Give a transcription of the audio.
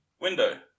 window